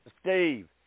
Steve